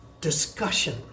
discussion